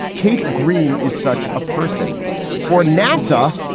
kate green is such a person for nasa.